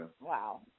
wow